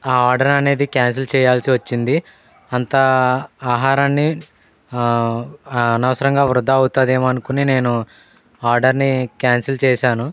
ఆ ఆర్డర్ అనేది క్యాన్సిల్ చేయాల్సి వచ్చింది అంత ఆహారాన్ని అనవసరంగా వృధా అవుతుంది ఏమో అనుకొని ఆర్డర్ని క్యాన్సల్ చేశాను